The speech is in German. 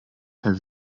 herr